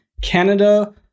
Canada